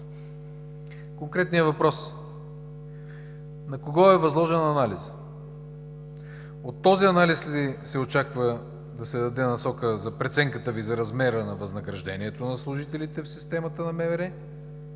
Конкретният въпрос: на кого е възложен анализът? От този анализ ли се очаква да се даде насока за преценката Ви за размера на възнаграждението на служителите в системата на МВР;